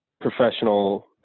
professional